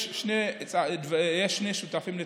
יש שני שותפים לטנגו,